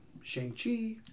Shang-Chi